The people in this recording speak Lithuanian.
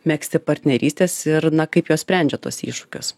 megzti partnerystes ir na kaip juos sprendžia tuos iššūkius